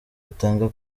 atanga